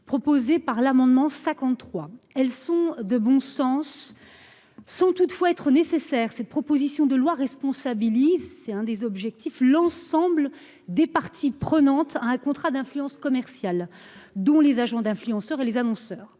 proposée par l'amendement 53 elles sont de bon sens. Sans toutefois être nécessaire cette proposition de loi responsabilise. C'est un des objectifs, l'ensemble des parties prenantes à un contrat d'influence commerciale dont les agents d'influenceurs et les annonceurs